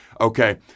Okay